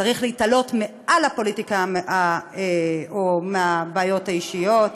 צריך להתעלות מעל הפוליטיקה או הבעיות האישיות.